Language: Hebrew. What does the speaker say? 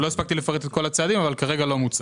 לא הספקתי לפרט את כל הצעדים, אבל כרגע לא מוצע.